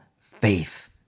faith